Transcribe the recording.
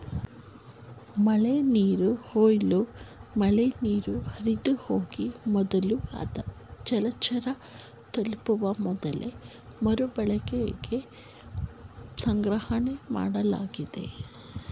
ಮಳೆನೀರು ಕೊಯ್ಲು ಮಳೆನೀರು ಹರಿದುಹೋಗೊ ಮೊದಲು ಅಥವಾ ಜಲಚರ ತಲುಪುವ ಮೊದಲು ಮರುಬಳಕೆಗಾಗಿ ಸಂಗ್ರಹಣೆಮಾಡೋದಾಗಿದೆ